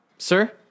Sir